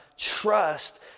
trust